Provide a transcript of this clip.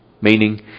meaning